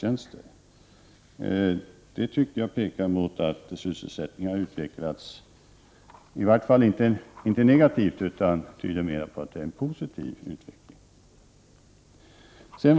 Jag anser att detta pekar på att sysselsättningen i vart fall inte utvecklats negativt, utan det tyder mera på en positiv utveckling.